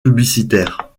publicitaires